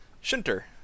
Shunter